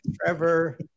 Trevor